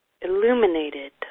illuminated